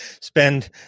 Spend